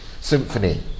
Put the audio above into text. symphony